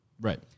Right